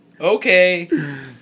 okay